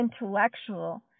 intellectual